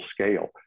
scale